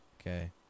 Okay